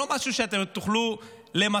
זה לא משהו שתוכלו למסמס.